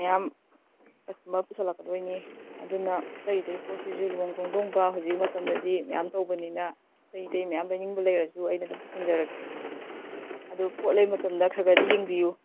ꯃꯌꯥꯝ ꯀꯁꯇꯃꯔ ꯄꯨꯁꯜꯂꯛꯀꯗꯣꯏꯅꯦ ꯑꯗꯨꯅ ꯑꯇꯩ ꯑꯇꯩ ꯄꯣꯠꯁꯤꯁꯨ ꯂꯨꯍꯣꯡ ꯈꯣꯡꯗꯣꯡꯕ ꯍꯧꯖꯤꯛ ꯃꯇꯝꯗꯗꯤ ꯃꯌꯥꯝ ꯇꯧꯕꯅꯤꯅ ꯑꯇꯩ ꯑꯇꯩ ꯃꯌꯥꯝ ꯂꯩꯅꯤꯡꯕ ꯂꯩꯔꯁꯨ ꯑꯩꯅ ꯑꯗꯨꯝ ꯄꯨꯁꯤꯟꯖꯔꯛꯀꯦ ꯑꯗꯨ ꯄꯣꯠ ꯂꯩ ꯃꯇꯝꯗ ꯈꯔ ꯈꯔꯗꯤ ꯌꯦꯡꯕꯤꯎ